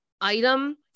item